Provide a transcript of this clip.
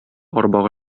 арбага